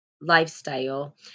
lifestyle